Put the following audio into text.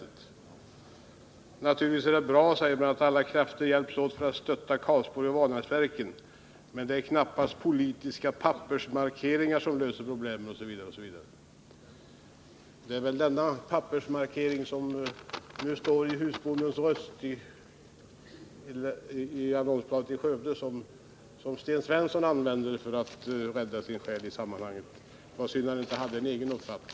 Det framhålls vidare: ”Naturligtvis är det bra att alla krafter hjälps åt för att stötta Karlsborg och Vanäsverken. Men det är knappast politiska pappersmarkeringar som löser problemen.” Det är väl denna pappersmarkering från husbondens röst i annonsbladet i Skövde vilken Sten Svensson nu stödjer sig på för att rädda sin egen själ i detta sammanhang. Det var synd att han inte hade en egen uppfattning.